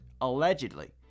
Allegedly